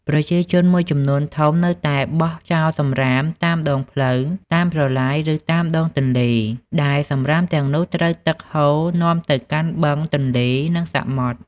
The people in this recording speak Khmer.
ប្រជាជនមួយចំនួនធំនៅតែបន្តបោះចោលសំរាមតាមដងផ្លូវ តាមប្រឡាយ ឬតាមដងទន្លេ ដែលសំរាមទាំងនោះត្រូវទឹកហូរនាំទៅកាន់បឹង ទន្លេ និងសមុទ្រ។